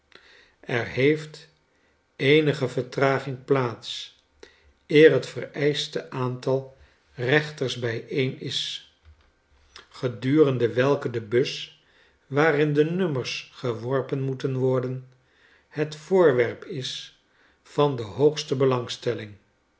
er heeft eenige vertraging plaats eer het vereischte aantal rechters bijeen is gedurende welke de bus waarin de nummers geworpen moeten worden het voorwerp is van de hoogste belangstelling